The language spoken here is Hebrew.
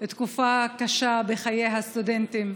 תקופה קשה בחיי הסטודנטים,